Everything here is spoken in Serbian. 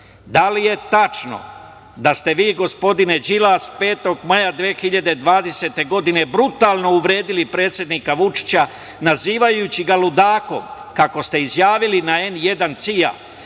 da li je tačno da ste vi, gospodine Đilas, 5. maja 2020. godine brutalno uvredili predsednika Vučića nazivajući ga ludakom, kako ste izjavili na N1-CIA,